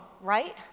right